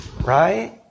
right